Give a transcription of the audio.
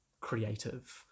creative